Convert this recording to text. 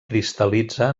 cristal·litza